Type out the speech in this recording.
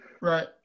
Right